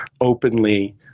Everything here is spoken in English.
openly